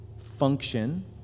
function